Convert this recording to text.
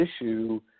issue